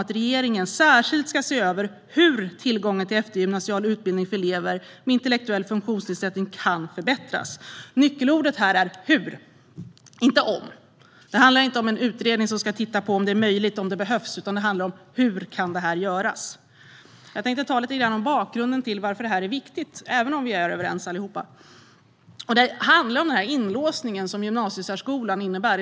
att regeringen särskilt ska se över hur tillgången till eftergymnasial utbildning för elever med intellektuell funktionsnedsättning kan förbättras". Nyckelordet här är "hur", inte "om". Det handlar inte om en utredning som ska titta på om det är möjligt och om det behövs, utan det handlar om hur det kan göras. Jag tänkte tala lite grann om bakgrunden till varför det här är viktigt, även om vi är överens allihop. Det handlar om den inlåsning som gymnasiesärskolan i dag innebär.